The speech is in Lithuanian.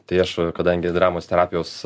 tai aš kadangi dramos terapijos